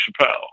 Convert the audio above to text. Chappelle